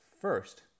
First